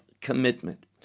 commitment